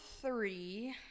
three